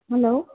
hello